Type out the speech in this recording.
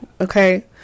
okay